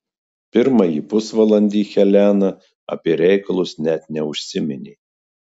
pirmąjį pusvalandį helena apie reikalus net neužsiminė